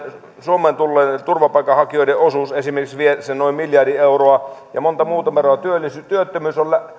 suomeen tulleiden turvapaikanhakijoiden osuus vie sen noin miljardi euroa ja monta muuta menoa työttömyys